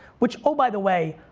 which oh by the way,